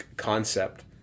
Concept